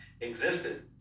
existed